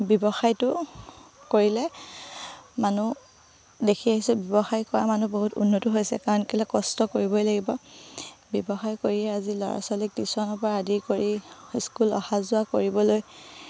ব্যৱসায়টো কৰিলে মানুহ দেখি আহিছোঁ ব্যৱসায় কৰা মানুহ বহুত উন্নত হৈছে কাৰণ কেলৈ কষ্ট কৰিবই লাগিব ব্যৱসায় কৰিয়ে আজি ল'ৰা ছোৱালীক টিউচনৰপৰা আদি কৰি স্কুল অহা যোৱা কৰিবলৈ